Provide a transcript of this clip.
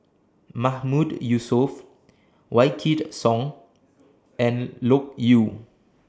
Mahmood Yusof Wykidd Song and Loke Yew